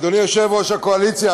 אדוני יושב-ראש הקואליציה,